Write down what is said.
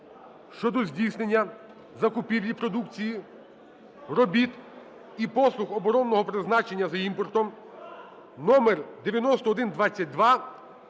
щодо здійснення закупівлі продукції, робіт і послуг оборонного призначення за імпортом (№ 9122)